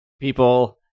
people